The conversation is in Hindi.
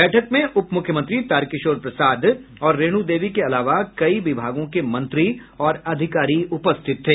बैठक में उप मुख्यमंत्री तारकिशोर प्रसाद और रेणु देवी के अलावा कई विभागों के मंत्री और अधिकारी उपस्थित थे